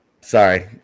Sorry